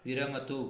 विरमतु